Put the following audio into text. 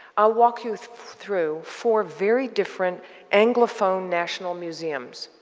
i'll walk you through four very different anglophone national museums